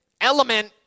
element